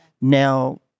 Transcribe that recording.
now